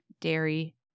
dairy